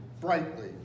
brightly